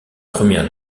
première